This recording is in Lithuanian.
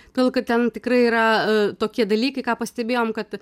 todėl kad ten tikrai yra tokie dalykai ką pastebėjom kad